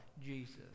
Jesus